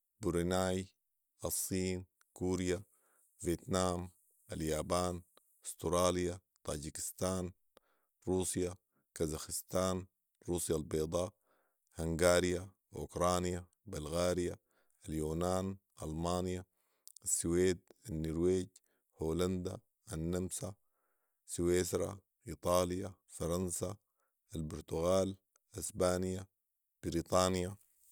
بروناي ،الصين ،كوريا ،فيتنام ،اليابان ،استراليا ،طاجكستان ،روسيا ،كازخستان ،روسيا البيضا ،هنقاريا ،اوكرانيا ،بلغاريا اليونان ،المانيا ،السويد ،النرويج ،هولندا، النمسا، سويسرا، ايطاليا، فرنسا، البرتقال ،اسبانيا ،بيرطانيا